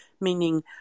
meaning